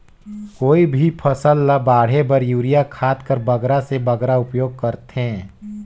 कोई भी फसल ल बाढ़े बर युरिया खाद कर बगरा से बगरा उपयोग कर थें?